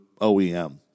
OEM